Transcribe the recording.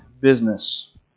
business